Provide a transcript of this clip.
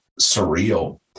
surreal